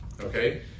Okay